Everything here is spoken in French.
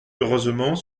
heureusement